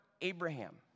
Abraham